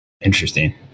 interesting